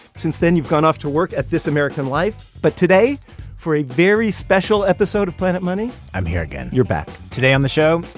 since then, you've gone off to work at this american life. but today for a very special episode of planet money. i'm here again you're back. today on the show,